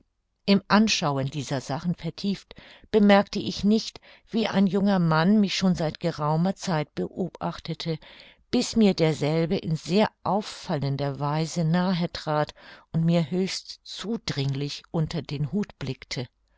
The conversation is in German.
im anschauen dieser sachen vertieft bemerkte ich nicht wie ein junger mann mich schon seit geraumer zeit beobachtete bis mir derselbe in sehr auffallender weise nahe trat und mir höchst zudringlich unter den hut blickte